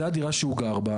זו הדירה שהוא גר בה.